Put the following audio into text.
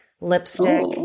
lipstick